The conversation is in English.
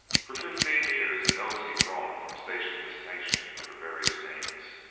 for fifteen years nosey roamed from station to station under various names,